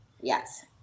Yes